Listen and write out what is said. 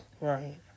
Right